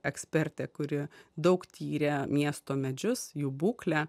ekspertė kuri daug tyrė miesto medžius jų būklę